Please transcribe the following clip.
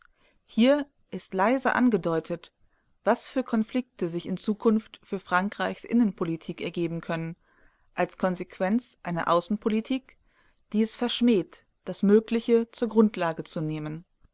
hier ist leise angedeutet was für konflikte sich in zukunft für frankreichs innenpolitik ergeben können als konsequenz einer außenpolitik die es verschmäht das mögliche zur grundlage zu nehmen